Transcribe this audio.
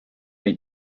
nii